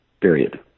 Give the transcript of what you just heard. period